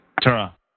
Tara